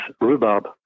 rhubarb